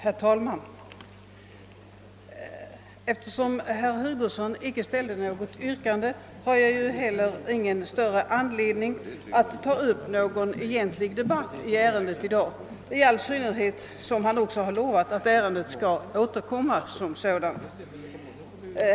Herr talman! Eftersom herr Hugsson inte ställde något yrkande, har jag ingen anledning att i dag ta upp någon debatt i ärendet, särskilt som herr Hugosson lovade att ärendet skall återkomma.